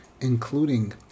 including